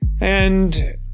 and